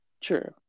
True